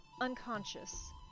unconscious